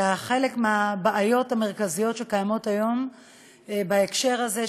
חלק מהבעיות המרכזיות הקיימות היום בהקשר הזה,